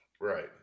right